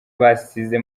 basize